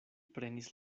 prenis